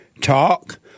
talk